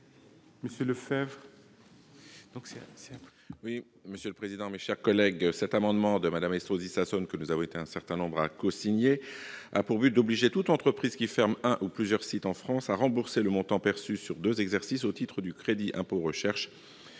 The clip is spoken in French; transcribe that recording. : La parole est à M. Antoine Lefèvre. Cet amendement de Mme Dominique Estrosi Sassone, que nous avons été un certain nombre à cosigner, a pour objet d'obliger toute entreprise qui ferme un ou plusieurs sites en France à rembourser le montant perçu sur deux exercices au titre du crédit d'impôt recherche,